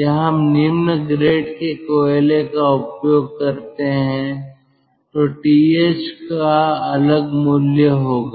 या हम निम्न ग्रेड के कोयले का उपयोग करते हैं तो TH का अलग मूल्य होगा